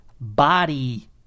body